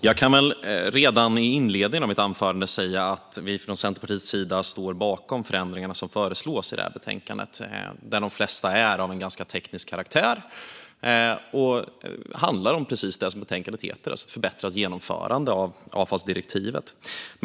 Fru talman! Jag kan redan i inledningen av mitt anförande säga att vi från Centerpartiets sida står bakom förändringarna som föreslås i betänkandet. De flesta är av en ganska teknisk karaktär och handlar om precis det som betänkandet handlar om, alltså ett förbättrat genomförande av avfallsdirektivet.